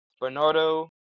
Bernardo